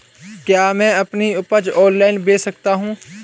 क्या मैं अपनी उपज ऑनलाइन बेच सकता हूँ?